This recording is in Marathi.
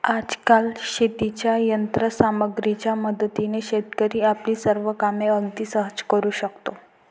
आजकाल शेतीच्या यंत्र सामग्रीच्या मदतीने शेतकरी आपली सर्व कामे अगदी सहज करू शकतो